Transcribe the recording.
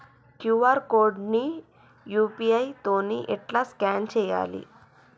QR code ని UPI తోని ఎట్లా స్కాన్ చేయాలి?